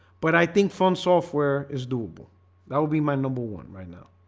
but i think from software is doable that would be my number one right now.